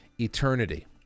eternity